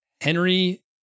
Henry